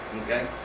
okay